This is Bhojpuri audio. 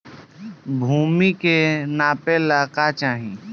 भूमि के नापेला का चाही?